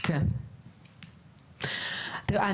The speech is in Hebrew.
עד כמה שידוע לי וידוע לי,